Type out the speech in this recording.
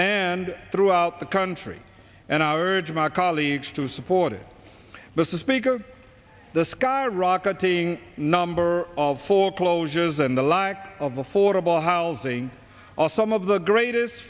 and throughout the country and our urge my colleagues to support it but the speaker the skyrocketing number of foreclosures and the lack of affordable housing are some of the greatest